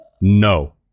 No